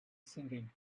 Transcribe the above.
singing